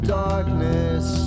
darkness